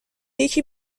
یکی